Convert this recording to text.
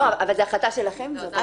לא, אבל זו החלטה שלכם אם זה אוטומטית נעשה.